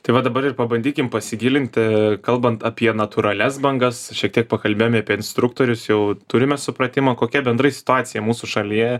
tai va dabar ir pabandykim pasigilinti kalbant apie natūralias bangas šiek tiek pakalbėjome apie instruktorius jau turime supratimą kokia bendrai situacija mūsų šalyje